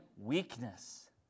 weakness